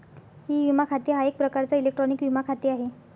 E विमा खाते हा एक प्रकारचा इलेक्ट्रॉनिक विमा खाते आहे